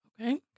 Okay